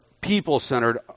people-centered